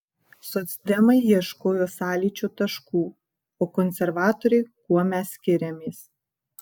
socdemai ieškojo sąlyčio taškų o konservatoriai kuo mes skiriamės